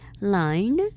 line